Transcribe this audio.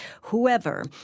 whoever